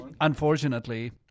Unfortunately